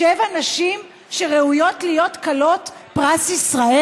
שבע נשים שראויות להיות כלות פרס ישראל?